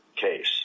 case